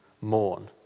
mourn